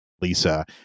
Lisa